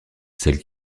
celle